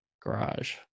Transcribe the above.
garage